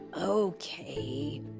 Okay